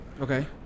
Okay